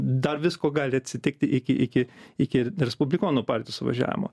dar visko gali atsitikti iki iki iki respublikonų partijos suvažiavimo